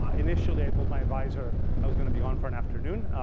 um initially, i told my advisor i was going to be on for an afternoon.